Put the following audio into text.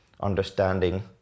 understanding